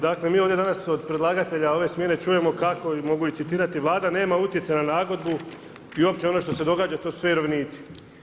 Dakle mi ovdje danas od predlagatelja ove smjene čujemo kako je i mogu ih citirati „Vlada nema utjecaja na nagodbu i uopće ono što se događa to su sve vjerovnici“